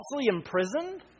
imprisoned